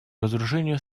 разоружению